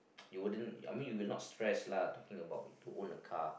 you wouldn't I mean you would not stress lah talking about to own the car